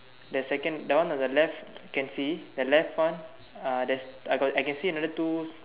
the second that one on the left can see the left one uh there's I got I can see another two